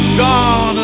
gone